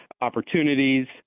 opportunities